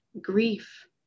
grief